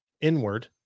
inward